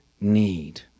need